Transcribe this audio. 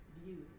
view